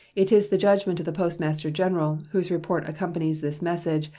it is the judgment of the postmaster-general, whose report accompanies this message,